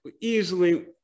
easily